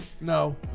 No